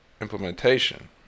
implementation